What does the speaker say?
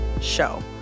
show